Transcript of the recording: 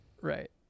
Right